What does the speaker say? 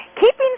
Keeping